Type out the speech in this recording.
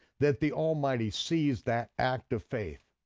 that the almighty sees that act of faith,